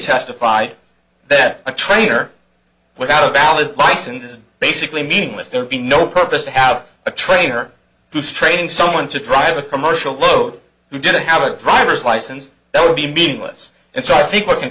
testified that a trainer without a valid license is basically meaningless there would be no purpose to have a trainer who's training someone to drive a commercial load he didn't have a driver's license that would be meaningless and so i think what can